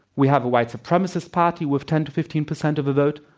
we have a white supremacist party with ten to fifteen percent of the vote.